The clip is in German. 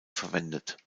verwendet